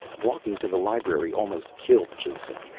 walking to the library almost killed jason.